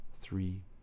three